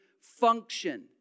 function